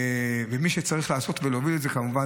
מי שצריך לעשות ולהוביל את זה הוא כמובן,